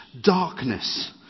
darkness